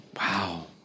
Wow